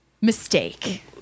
Mistake